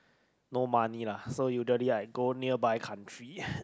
no money lah so usually I go nearby country